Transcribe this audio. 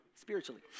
spiritually